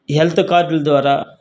health కార్డుల ద్వారా